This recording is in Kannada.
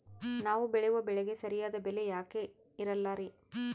ನಾವು ಬೆಳೆಯುವ ಬೆಳೆಗೆ ಸರಿಯಾದ ಬೆಲೆ ಯಾಕೆ ಇರಲ್ಲಾರಿ?